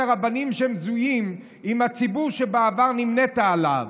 את הרבנים שמזוהים עם הציבור שבעבר נמנתה עליו,